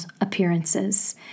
appearances